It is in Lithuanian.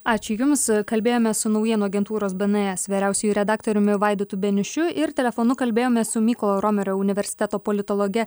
ačiū jums kalbėjome su naujienų agentūros bns vyriausiuoju redaktoriumi vaidotu beniušiu ir telefonu kalbėjomės su mykolo romerio universiteto politologe